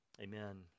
Amen